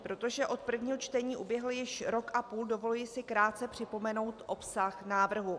Protože od prvního čtení uběhl již rok a půl, dovoluji si krátce připomenout obsah návrhu.